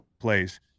place